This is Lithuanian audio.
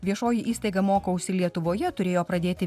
viešoji įstaiga mokausi lietuvoje turėjo pradėti